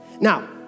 Now